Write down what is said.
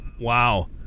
Wow